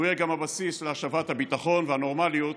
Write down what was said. הוא יהיה גם הבסיס להשבת הביטחון והנורמליות